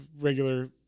regular